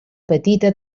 petita